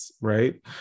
right